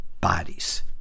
bodies